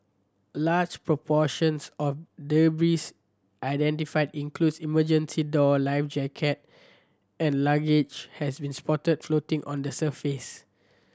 large proportions of debris identified includes emergency door life jacket and luggage has been spotted floating on the surface